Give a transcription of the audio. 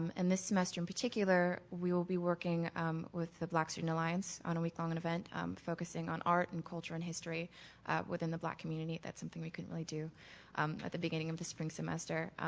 um in this semester in particular, we will be working with the black student alliance on week long and event focusing on art and culture in history within the black community that something we currently do at the beginning of the spring semester.